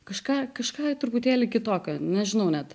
kažką kažką truputėlį kitokio nežinau net